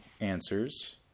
answers